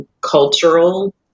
cultural